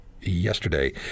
yesterday